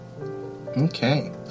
Okay